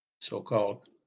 so-called